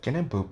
can I burp